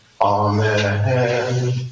Amen